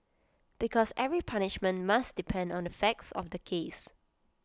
because every punishment must depend on the facts of the case